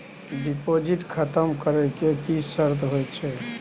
Deposit खतम करे के की सर्त होय छै?